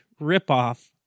ripoff